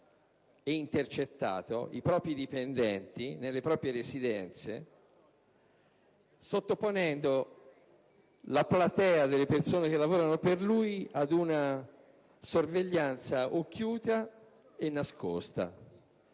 ed intercettato i propri dipendenti, nelle proprie residenze, sottoponendo la platea delle persone che lavorano per lui ad una sorveglianza occhiuta e nascosta.